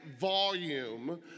volume